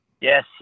Yes